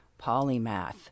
polymath